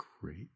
Great